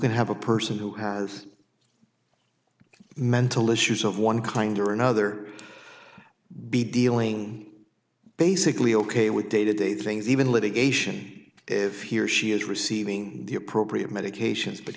can have a person who has mental issues of one kind or another be dealing basically ok with day to day things even litigation if he or she is receiving the appropriate medications but